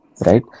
right